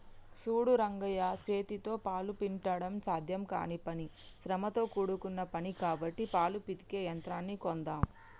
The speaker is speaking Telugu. సూడు రంగయ్య సేతితో పాలు పిండడం సాధ్యం కానీ పని శ్రమతో కూడుకున్న పని కాబట్టి పాలు పితికే యంత్రాన్ని కొందామ్